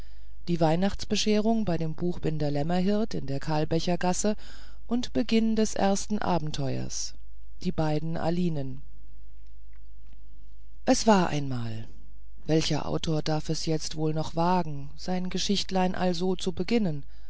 die weihnachtsbescherung bei dem buchbinder lämmerhirt in der kalbächer gasse und beginn des ersten abenteuers die beiden alinen es war einmal welcher autor darf es jetzt wohl noch wagen sein geschichtlein also zu beginnen